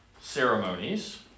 ceremonies